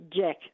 Jack